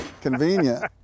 Convenient